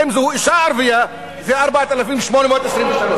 ואם היא אשה ערבייה זה 4,823 שקלים.